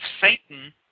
Satan